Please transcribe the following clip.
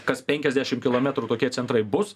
kas penkiasdešim kilometrų tokie centrai bus